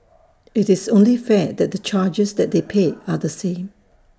IT is only fair that the charges that they pay are the same